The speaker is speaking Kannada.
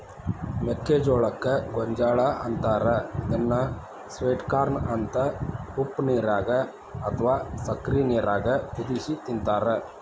ಮೆಕ್ಕಿಜೋಳಕ್ಕ ಗೋಂಜಾಳ ಅಂತಾರ ಇದನ್ನ ಸ್ವೇಟ್ ಕಾರ್ನ ಅಂತ ಉಪ್ಪನೇರಾಗ ಅತ್ವಾ ಸಕ್ಕರಿ ನೇರಾಗ ಕುದಿಸಿ ತಿಂತಾರ